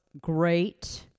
great